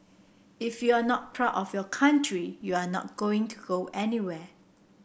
if you are not proud of your country you are not going to go anywhere